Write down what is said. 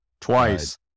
twice